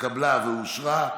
התקבלה ואושרה,